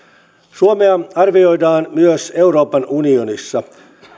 suomea arvioidaan myös euroopan unionissa